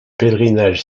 pèlerinage